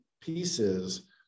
pieces